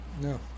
No